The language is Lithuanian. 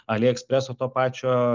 aliekspreso to pačio